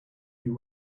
you